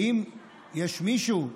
האם יש מישהו,